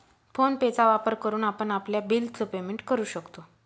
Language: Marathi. फोन पे चा वापर करून आपण आपल्या बिल च पेमेंट करू शकतो